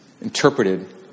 interpreted